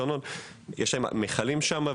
סונול יש להם מכלים שם,